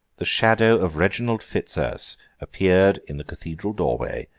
the shadow of reginald fitzurse appeared in the cathedral doorway,